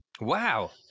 Wow